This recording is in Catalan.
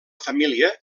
família